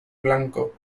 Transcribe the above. blanco